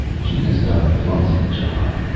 she has done a clumsy job,